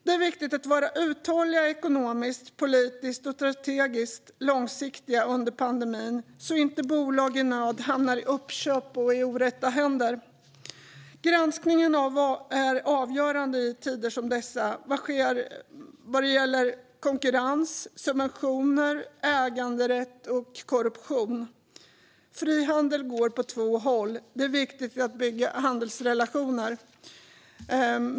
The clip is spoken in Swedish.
Det är viktigt att vara uthålliga ekonomiskt och politiskt och strategiskt långsiktiga under pandemin så att inte bolag i nöd hamnar i uppköp och orätta händer. Granskning är avgörande i tider som dessa. Vad sker vad gäller konkurrens, subventioner, äganderätt och korruption? Frihandel går åt två håll, och det är viktigt att bygga handelsrelationer.